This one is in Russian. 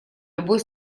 любой